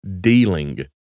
dealing